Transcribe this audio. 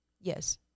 Yes